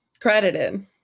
credited